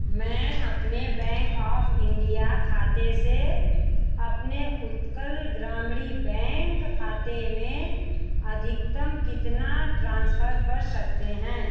मैं अपने bank of India खाते से अपने उत्कल ग्रामीण बैंक खाते में अधिकतम कितना ट्रांसफ़र कर सकते हैं